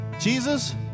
Jesus